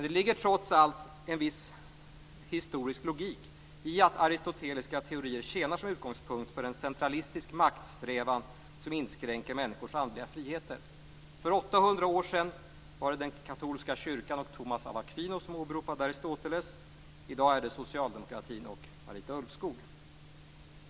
Det ligger trots allt en viss historisk logik i att aristoteliska teorier tjänar som utgångspunkt för en centralistisk maktsträvan som inskränker människors andliga friheter. För 800 år sedan var det katolska kyrkan och Thomas av Aquino som åberopade Aristoteles. I dag är det socialdemokratin och Marita Ulvskog som gör det.